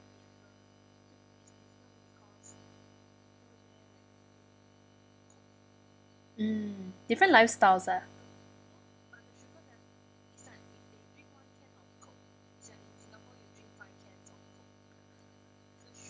mm different lifestyles ah